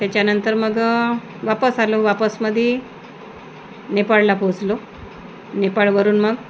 त्याच्यानंतर मग वापस आलो वापसमध्ये नेपाळला पोहोचलो नेपाळवरून मग